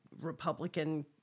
Republican